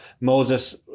Moses